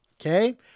Okay